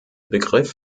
begriff